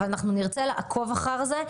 אבל אנחנו נרצה לעקוב אחרי זה.